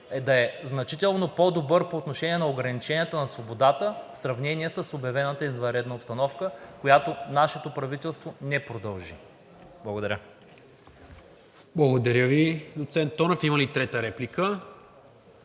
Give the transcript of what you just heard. да е значително по-добър по отношение на ограниченията на свободата в сравнение с обявената извънредна обстановка, която нашето правителство не продължи. Благодаря. ПРЕДСЕДАТЕЛ НИКОЛА МИНЧЕВ: Благодаря Ви, доцент Тонев. Има ли трета реплика?